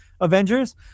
Avengers